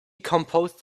composed